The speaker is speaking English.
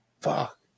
fuck